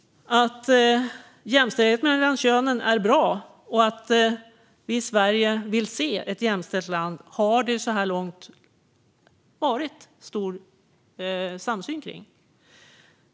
Att jämställdhet mellan könen är bra och att vi i Sverige vill se ett jämställt land har det så här långt varit stor samsyn kring.